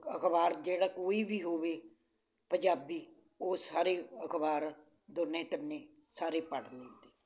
ਅਖ਼ਬਾਰ ਜਿਹੜਾ ਕੋਈ ਵੀ ਹੋਵੇ ਪੰਜਾਬੀ ਉਹ ਸਾਰੇ ਅਖ਼ਬਾਰ ਦੋਨੋ ਤਿੰਨੇ ਸਾਰੇ ਪੜ੍ਹ ਲਈਦੇ